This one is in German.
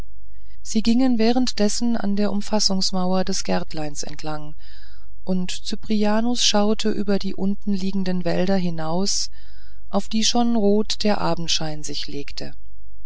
sie gingen währenddessen an der umfassungsmauer des gärtleins entlang und cyprianus schaute über die unten liegenden wälder hinaus auf die schon der rote abendschein sich legte